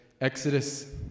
Exodus